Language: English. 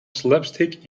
slapstick